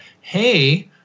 hey